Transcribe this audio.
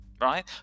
Right